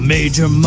Major